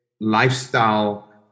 lifestyle